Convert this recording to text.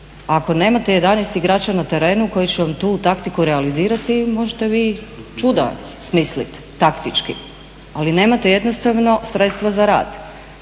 ako nemate 11 igrača na terenu koji će vam tu taktiku realizirati možete vi čuda smisliti, taktički, ali nemate jednostavno sredstva za rad.